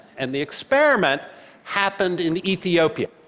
and the experiment happened in ethiopia.